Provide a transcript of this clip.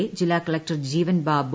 A ജില്ലാ collector Jeevan Babu